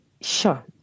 sure